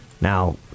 Now